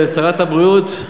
שרת הבריאות,